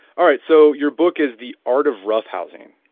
alright, so your book is the art of roughhousing,